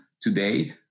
today